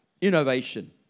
innovation